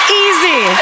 easy